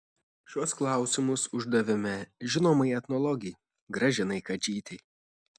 šiuos klausimus uždavėme žinomai etnologei gražinai kadžytei